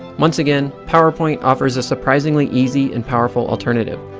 once again, powerpoint offers a surprisingly easy and powerful alternative.